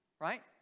Right